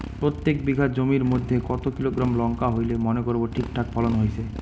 প্রত্যেক বিঘা জমির মইধ্যে কতো কিলোগ্রাম লঙ্কা হইলে মনে করব ঠিকঠাক ফলন হইছে?